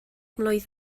mlwydd